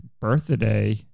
birthday